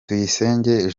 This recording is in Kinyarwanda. tuyisenge